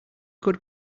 could